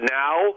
now